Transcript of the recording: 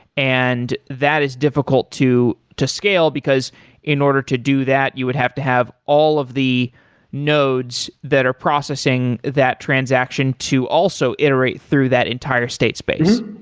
and that is difficult to to scale, because in order to do that you would have to have all of the nodes that are processing that transaction to also iterate through that entire state space.